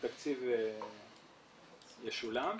התקציב ישולם.